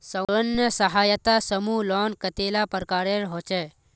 स्वयं सहायता समूह लोन कतेला प्रकारेर होचे?